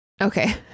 Okay